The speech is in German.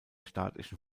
staatlichen